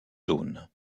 zones